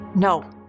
No